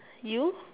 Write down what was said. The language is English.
you